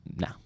No